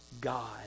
God